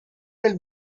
nel